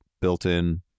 built-in